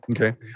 Okay